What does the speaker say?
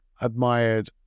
admired